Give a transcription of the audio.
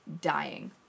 dying